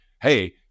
hey